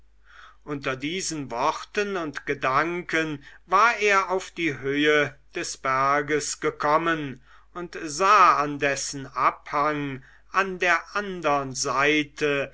unter diesen worten und gedanken war er auf die höhe des berges gekommen und sah an dessen abhang an der andern seite